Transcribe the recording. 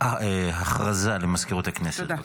הודעה למזכירות הכנסת.